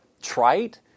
trite